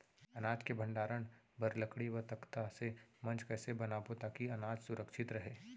अनाज के भण्डारण बर लकड़ी व तख्ता से मंच कैसे बनाबो ताकि अनाज सुरक्षित रहे?